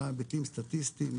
היבטים סטטיסטיים,